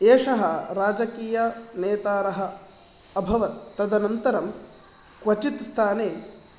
एष राजकीयनेतार अभवत् तदनन्तरं क्वचित् स्थाने